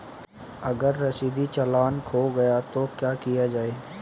अगर रसीदी चालान खो गया तो क्या किया जाए?